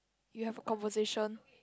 you have a conversation